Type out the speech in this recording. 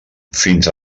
fins